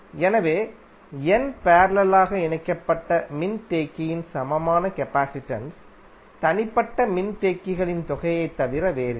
எனவே n பேரலலாக இணைக்கப்பட்ட மின்தேக்கியின் சமமான கபாசிடன்ஸ் தனிப்பட்ட மின்தேக்கிகளின் தொகையைத் தவிர வேறில்லை